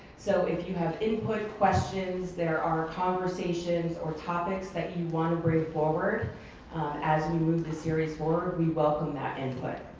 so if you have input, questions, there are conversations or topics that you wanna bring forward as we move this series forward, we welcome that input.